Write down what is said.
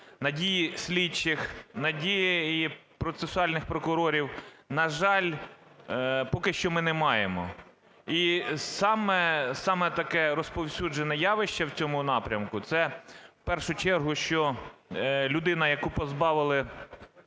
надії слідчих, надії і процесуальних прокурорів, на жаль, поки що ми не маємо. І саме, саме таке розповсюджене явище в цьому напрямку, це в першу чергу що людина, яку позбавили